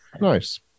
Nice